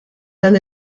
dan